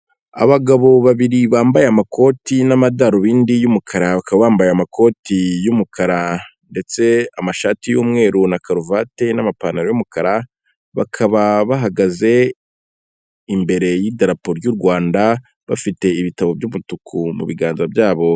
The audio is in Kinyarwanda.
Abagabo babiri bambaye amakoti n'amadarubindi y'umukara bakaba bambaye amakoti y'umukara ndetse amashati y'umweru na karuvati n'amapantaro y'umukara, bakaba bahagaze imbere y'idarapo ry'u Rwanda bafite ibitabo by'umutuku mu biganza byabo.